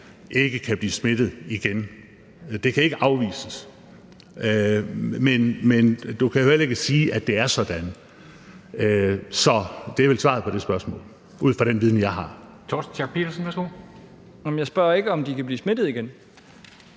ikke kan blive smittet igen. Det kan ikke afvises. Men du kan heller ikke sige, at det er sådan. Så det er vel svaret på det spørgsmål – ud fra den viden, jeg har. Kl. 19:19 Formanden (Henrik Dam Kristensen):